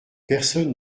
personne